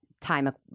time